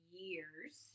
years